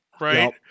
right